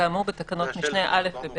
כאמור בתקנות משנה (א) ו,